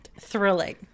thrilling